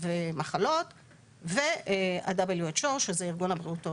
ומחלות וה- WHO שזה ארגון הבריאות העולמי.